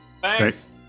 Thanks